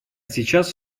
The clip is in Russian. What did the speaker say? сейчас